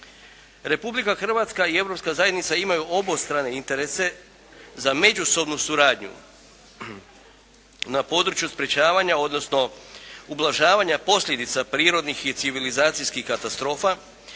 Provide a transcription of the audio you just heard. Republika Hrvatska i Europska zajednica imaju obostrane interese za međusobnu suradnju na području sprječavanja odnosno ublažavanja posljedica prirodnih i civilizacijskih katastrofa,